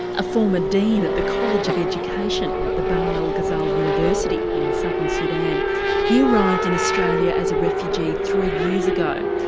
a former dean at the college of education at the bahr el ghazal university in southern sudan he arrived in australia as a refugee three years ago.